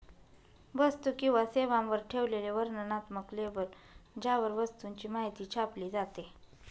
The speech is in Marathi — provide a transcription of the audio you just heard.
वस्तू किंवा सेवांवर ठेवलेले वर्णनात्मक लेबल ज्यावर वस्तूची माहिती छापली जाते